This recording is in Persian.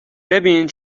ببین